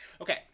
Okay